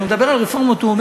שר האוצר אמר